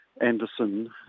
Anderson